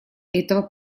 этого